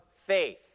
faith